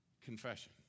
Confession